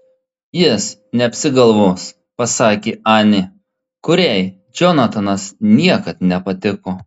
jis neapsigalvos pasakė anė kuriai džonatanas niekad nepatiko